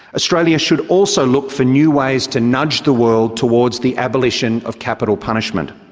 australia should also look for new ways to nudge the world towards the abolition of capital punishment.